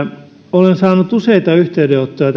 olen saanut syksyn aikana useita yhteydenottoja